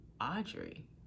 Audrey